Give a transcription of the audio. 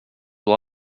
will